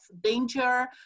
danger